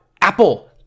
Apple